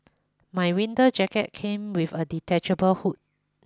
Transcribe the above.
my winter jacket came with a detachable hood